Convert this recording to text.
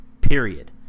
period